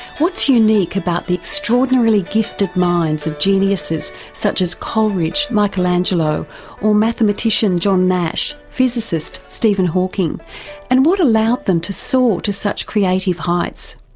what's unique about the extraordinarily gifted minds of geniuses such as coleridge, michelangelo or mathematician john nash, physicist stephen hawking and what allowed them to soar to such creative heights?